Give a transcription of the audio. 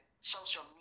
social